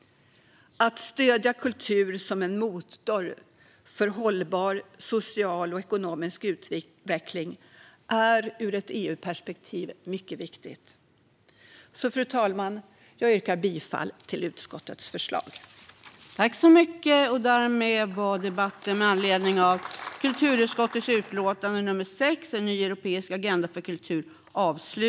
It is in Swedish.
Att stödja kultur som en motor för hållbar social och ekonomisk utveckling är ur ett EU-perspektiv mycket viktigt. Fru talman! Jag yrkar bifall till utskottets förslag.